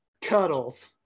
Cuddles